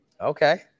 Okay